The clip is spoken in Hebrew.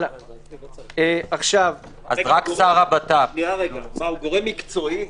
הוא גורם מקצועי?